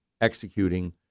executing